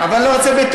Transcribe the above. אבל אני לא רוצה ביטוח,